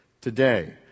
Today